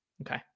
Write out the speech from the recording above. okay